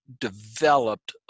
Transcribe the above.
developed